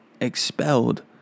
expelled